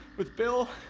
with bill